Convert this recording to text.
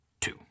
two